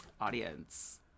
audience